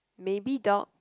maybe dog